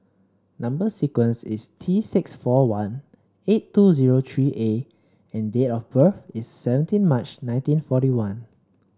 number sequence is T six four one eight two zero three A and date of birth is seventeen March nineteen forty one